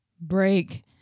Break